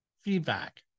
Feedback